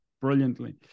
brilliantly